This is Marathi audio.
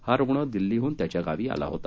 हा रुग्ण दिल्लीहून त्याच्या गावी आला होता